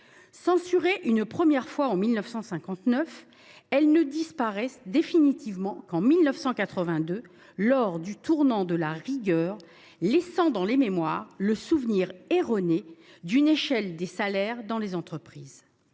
Censurées une première fois en 1959, ces clauses ne disparaissent définitivement qu’en 1982 lors du tournant de la rigueur, laissant dans les mémoires le souvenir erroné d’une échelle mobile des salaires dans les entreprises.